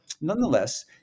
nonetheless